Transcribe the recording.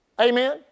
Amen